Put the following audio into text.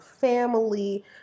family